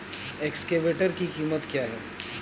Excavator की कीमत क्या है?